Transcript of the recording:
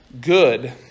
good